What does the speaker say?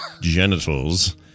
Genitals